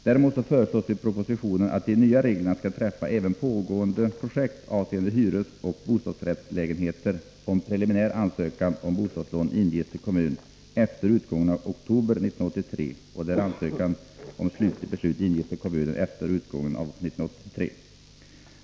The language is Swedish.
Däremot föreslås i propositionen att de nya reglerna skall gälla även pågående projekt avseende hyresoch bostadsrättslägenheter, om preliminär ansökan om bostadslån inges till kommun efter utgången av oktober 1983 och ansökan om slutligt beslut inges till kommunen efter utgången av år 1983.